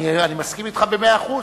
אני מסכים אתך במאה אחוז.